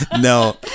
No